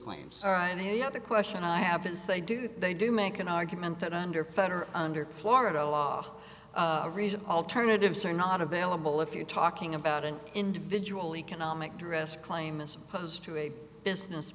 claims are any of the question i have is they do they do make an argument that under fed or under florida law reason alternatives are not available if you're talking about an individual economic to rest claim a supposed to a business